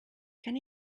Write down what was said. can